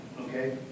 Okay